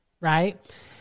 right